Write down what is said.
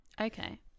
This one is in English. okay